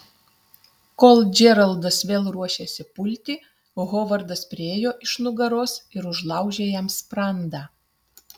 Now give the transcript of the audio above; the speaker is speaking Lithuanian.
kol džeraldas vėl ruošėsi pulti hovardas priėjo iš nugaros ir užlaužė jam sprandą